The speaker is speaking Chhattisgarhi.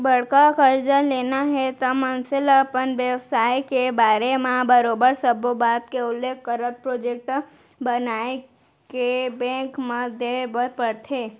बड़का करजा लेना हे त मनसे ल अपन बेवसाय के बारे म बरोबर सब्बो बात के उल्लेख करत प्रोजेक्ट बनाके बेंक म देय बर परथे